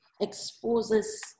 exposes